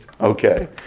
Okay